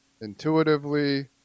intuitively